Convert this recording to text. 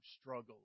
struggled